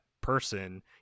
person